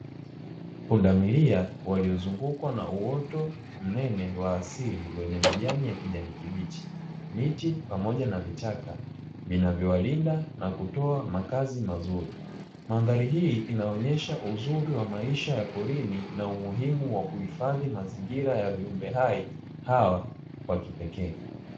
Punda milia wamezungukwa na uoto mnene wa asili wa kijani kibichi, miti pamoja na vichaka vinavyo walinda na kutoa makazi mazuri. Mandhari hii inaonyesha uzuri wa maisha ya porini na umuhimu wa kuhifadhi mazingira ya viumbe hai hawa wa kipekee.